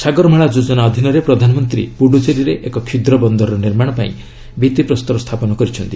ସାଗରମାଳା ଯୋଜନା ଅଧୀନରେ ପ୍ରଧାନମନ୍ତ୍ରୀ ପୁଡ଼ୁଚେରୀରେ ଏକ କ୍ଷୁଦ୍ର ବନ୍ଦରର ନିର୍ମାଣ ପାଇଁ ଭିଭିପ୍ରସ୍ତର ସ୍ଥାପନ କରିଛନ୍ତି